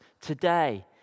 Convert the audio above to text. today